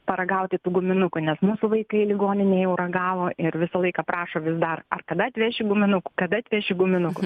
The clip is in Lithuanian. paragauti tų guminukų nes mūsų vaikai ligoninėj jau ragavo ir visą laiką prašo vis dar ar kada atveši guminukų kada atveši guminukų